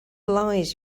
lies